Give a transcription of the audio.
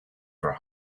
for